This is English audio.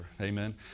Amen